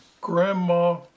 grandma